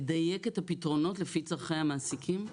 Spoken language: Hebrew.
לדייק את הפתרונות לפי צרכי המעסיקים.